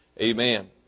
Amen